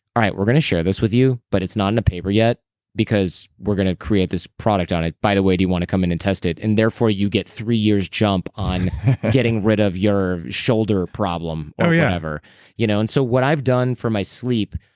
right. we're going to share this with you, but it's not in a paper yet because we're going to create this product on it. by the way, do you want to come in and test it? and therefore, you get three years jump on getting rid of your shoulder problem or whatever you know and so what i've done for my sleep